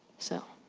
so,